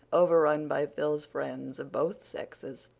overrun by phil's friends of both sexes.